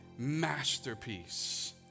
masterpiece